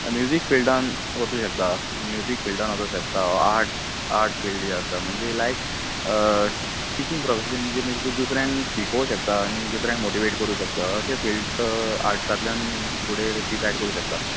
music फिल्डान वचूंक शकता म्युजीक फिल्डान वचूंक शकता आर्ट आर्ट फिल्ड आसा म्हणजे लायक टिचींग प्रोफेशन जे दुसऱ्यांक शिकोवंक शकता आनी दुसऱ्यांक मोटिवेट करूंक शकता अशें फील्ड आर्टसांतल्यान फुडें डिसायड करूंक शकता